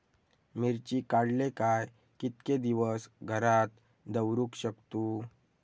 मिर्ची काडले काय कीतके दिवस घरात दवरुक शकतू?